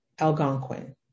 Algonquin